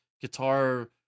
guitar